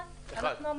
אחד, אנחנו המטה.